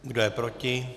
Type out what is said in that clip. Kdo je proti?